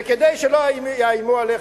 וכדי שלא יאיימו עליך,